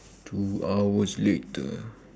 two hours later